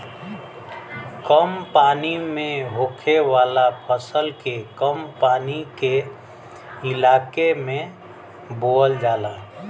कम पानी में होखे वाला फसल के कम पानी के इलाके में बोवल जाला